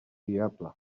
diable